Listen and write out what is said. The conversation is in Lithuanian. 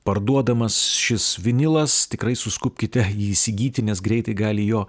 parduodamas šis vinilas tikrai suskubkite įsigyti nes greitai gali jo